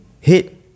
hit